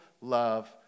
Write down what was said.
love